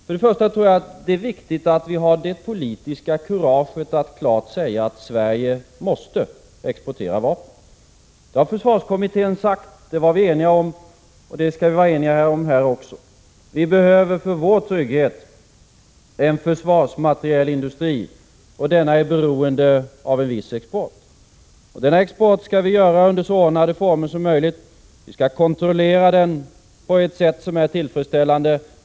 Först och främst tror jag att det är viktigt att vi har det politiska kuraget att klart säga att Sverige måste exportera vapen. Det har försvarskommittén sagt. Det var vi eniga om, och det skall vi vara eniga om här också. Vi behöver för vår trygghet en försvarsmaterielindustri, och denna är beroende av en viss export. Denna export skall ske under så ordnade former som möjligt. Vi skall kontrollera den på ett tillfredsställande sätt.